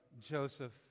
Joseph